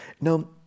Now